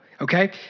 okay